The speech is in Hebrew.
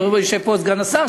ויושב פה סגן השר,